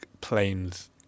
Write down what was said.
planes